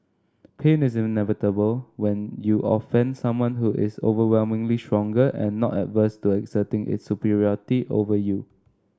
pain is inevitable when you offend someone who is overwhelmingly stronger and not averse to asserting its superiority over you